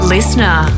Listener